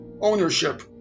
ownership